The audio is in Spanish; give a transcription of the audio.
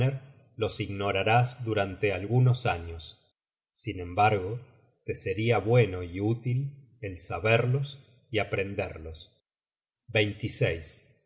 los ignorarás durante algunos años sin embargo te seria bueno y útil el saberlos y aprenderlos